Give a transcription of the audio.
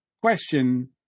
question